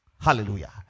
hallelujah